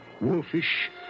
Wolfish